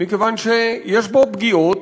מכיוון שיש פה פגיעות,